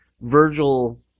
Virgil